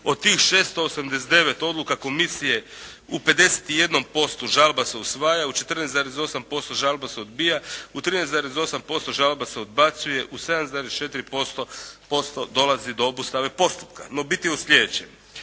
Od tih 689 odluka komisije, u 51% žalba se usvaja, u 14,8% žalba se odbija, u 13,8% žalba se odbacuje, u 7,4% dolazi do obustave postupka. No bit je u sljedećem.